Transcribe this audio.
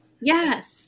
Yes